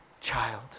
child